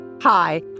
Hi